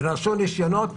ונעשו ניסיונות.